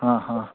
ಹಾಂ ಹಾಂ